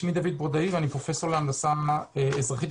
שמי דוד ברודאי ואני פרופ' להנדסה אזרחית